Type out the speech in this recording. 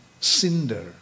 cinder